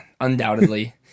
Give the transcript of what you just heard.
undoubtedly